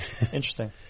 interesting